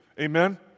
amen